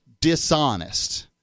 dishonest